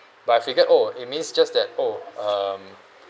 but I figured oh it means just that oh um